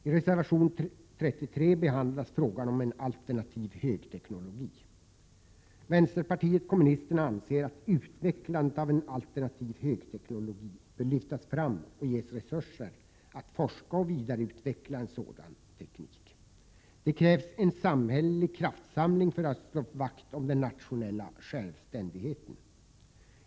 I reservation 33 behandlas frågan om alternativ högteknologi. Vi i Prot. 1987/88:115 vänsterpartiet kommunisterna anser att frågan om utvecklandet av en S maj 1988 alternativ högteknologi bör lyftas fram och att denna teknologi bör ges resurser när det gäller att forska och vidareutveckla tekniken i detta sammanhang. Det krävs en samhällelig kraftsamling för att man skall kunna slå vakt om den nationella självständigheten.